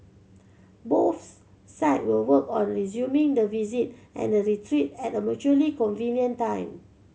both side will work on resuming the visit and the retreat at a mutually convenient time